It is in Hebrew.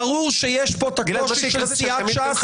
-- ברור שיש פה את הקושי של סיעת ש"ס -- גלעד,